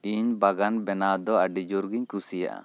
ᱤᱧ ᱵᱟᱜᱟᱱ ᱵᱮᱱᱟᱣ ᱫᱚ ᱟᱹᱰᱤ ᱡᱳᱨᱜᱮᱧ ᱠᱩᱥᱤᱭᱟᱜᱼᱟ